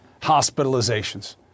hospitalizations